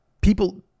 people